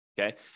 Okay